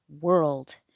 world